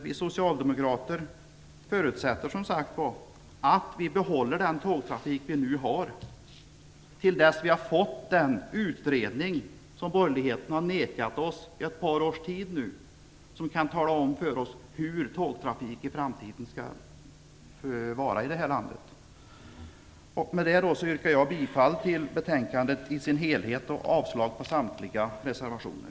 Vi socialdemokrater förutsätter som sagt att vi behåller den tågtrafik som vi nu har tills vi har fått den utredning som borgerligheten har vägrat oss ett par års tid och som kan undersöka hur tågtrafiken skall vara i det här landet i framtiden. Med det yrkar jag bifall till utskottets hemställan i sin helhet och avslag på samtliga reservationer.